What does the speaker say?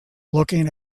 looking